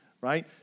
right